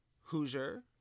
Hoosier